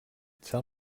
tell